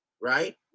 Right